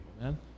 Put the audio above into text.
man